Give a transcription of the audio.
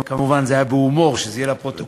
מובן שזה היה בהומור, שזה יהיה לפרוטוקול.